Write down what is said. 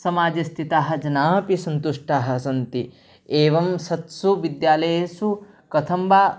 समाजे स्थिताः जनाः अपि सन्तुष्टाः सन्ति एवं सत्सु विद्यालयेषु कथं वा